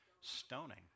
Stoning